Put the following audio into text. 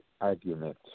argument